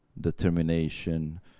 determination